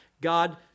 God